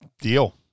Deal